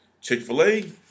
Chick-fil-A